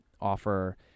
offer